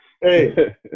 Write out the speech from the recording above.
Hey